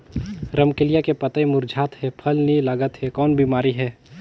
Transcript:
रमकलिया के पतई मुरझात हे फल नी लागत हे कौन बिमारी हे?